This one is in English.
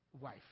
Wife